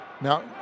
Now